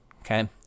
okay